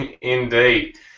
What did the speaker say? Indeed